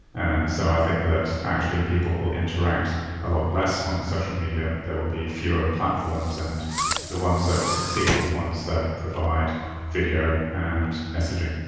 and so i think that actually people will interact a lot less on social media, there will be fewer platforms. and the ones that will succeed are the ones that provide video and messaging.